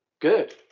Good